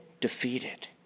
defeated